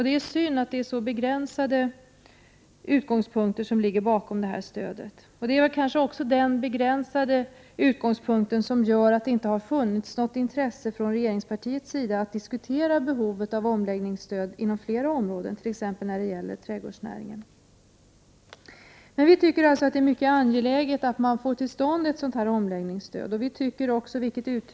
Det är synd att det är så begränsade utgångspunkter som ligger bakom stödet. Det är kanske också den begränsade utgångspunkten som gör att det inte har funnits något intresse från regeringspartiets sida att diskutera behovet av omläggningsstöd inom ytterligare områden, t.ex. inom trädgårdsnäringens område. Vi i vpk tycker alltså att det är angeläget att inrätta ett omläggningsstöd för trädgårdsnäringen.